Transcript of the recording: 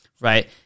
right